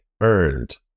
earned